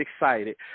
excited